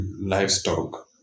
livestock